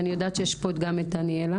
אני יודעת שיש פה גם את דניאלה,